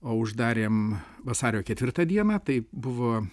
o uždarėm vasario ketvirtą dieną tai buvo